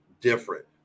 different